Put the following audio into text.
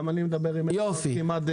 גם אני מדבר עם אדוארד כמעט כל יום.